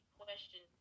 question